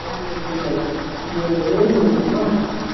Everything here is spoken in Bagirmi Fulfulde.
Hawlu lesdi mai iyende be dungu on.